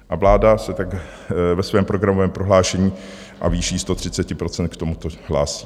A vláda se tak ve svém programovém prohlášení a výší 130 % k tomuto hlásí.